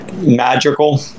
magical